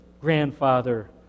grandfather